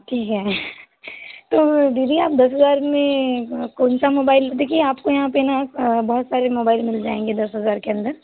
ठीक है तो दीदी आप दस हज़ार में कौन सा मोबाइल देखिए आप को यहाँ पर न बहुत सारे मोबाइल मिल जाएंगे दस हज़ार के अंदर